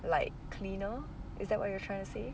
like cleaner is that what you're trying to say